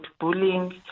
bullying